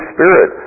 Spirit